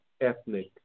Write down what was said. ethnic